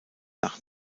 nach